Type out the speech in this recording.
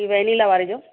vanilla वारे जो